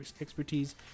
expertise